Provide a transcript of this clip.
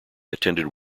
attended